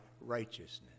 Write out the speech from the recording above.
righteousness